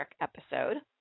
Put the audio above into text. episode